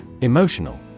Emotional